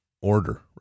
order